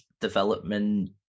development